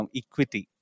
equity